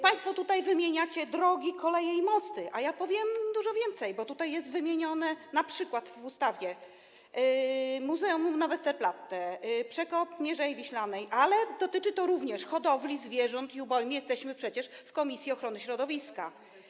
Państwo wymieniacie drogi, koleje i mosty, a ja powiem dużo więcej, bo w ustawie jest wymienione np. muzeum na Westerplatte, przekop Mierzei Wiślanej, ale dotyczy to również hodowli zwierząt i uboju, a jesteśmy przecież w komisji ochrony środowiska.